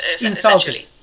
insulted